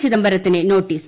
ചിദംബരത്തിന് notice